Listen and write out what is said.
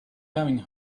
coming